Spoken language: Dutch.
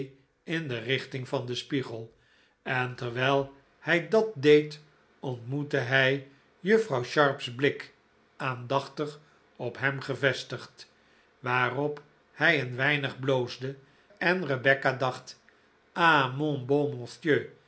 in de richting van den spiegel en terwijl hij dat deed ontmoette hij juffrouw sharp's blik aandachtig op hem gevestigd waarop hij een weinig bloosde en rebecca dacht